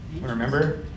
Remember